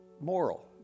Moral